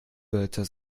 wörter